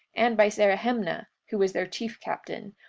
and by zerahemnah, who was their chief captain,